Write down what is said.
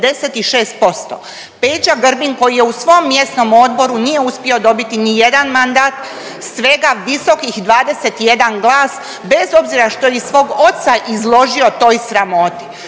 Peđa Grbin koji je u svom mjesnom odboru, nije uspio dobiti nijedan mandat, svega visokih 21 glas bez obzira što je i svog oca izložio toj sramoti.